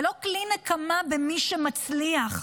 זה לא כלי נקמה במי שמצליח.